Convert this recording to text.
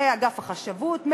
מאגף החשבות,